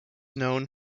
known